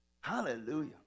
Hallelujah